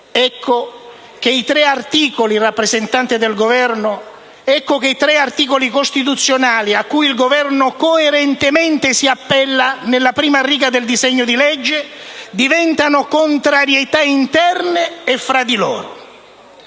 Ecco che i tre articoli costituzionali, a cui il Governo coerentemente si appella nella prima riga del disegno di legge, diventano contrarietà interna e fra loro.